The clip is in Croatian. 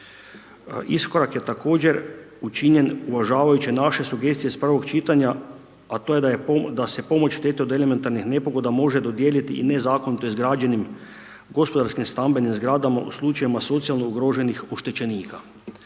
Iskorak je također učinjen uvažavajući naše sugestije iz prvog čitanja, a to je da se pomoć štete od elementarnih nepogoda može dodijelit i nezakonito izgrađenim gospodarskim, stambenim zgrada u slučajevima socijalno ugroženih oštećenika.